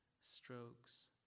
strokes